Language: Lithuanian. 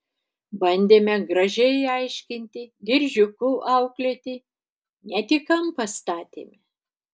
bandėme gražiai aiškinti diržiuku auklėti net į kampą statėme